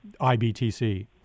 IBTC